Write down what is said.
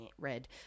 Red